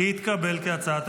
התקבל.